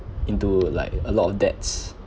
into like a lot of debts